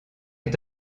est